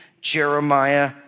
Jeremiah